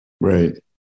Right